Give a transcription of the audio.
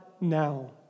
now